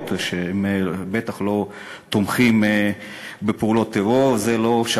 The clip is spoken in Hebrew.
שהם בוודאי לא תומכים בפעולות טרור.